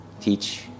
teach